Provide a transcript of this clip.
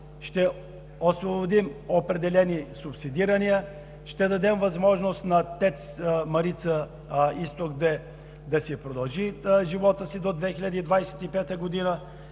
ще освободим определени субсидирания, ще дадем възможност на „ТЕЦ Марица изток“ да си продължи живота до 2025 г.,